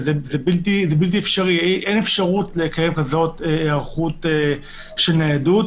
אין אפשרות לקיים היערכות כזו של ניידות.